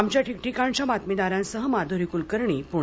आमच्या ठिकठिकाणच्या बातमीदारांसह माधुरी कुलकर्णी पुणे